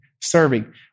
serving